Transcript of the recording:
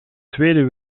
tweede